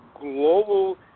global